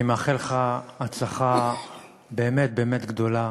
אני מאחל לך הצלחה באמת באמת גדולה.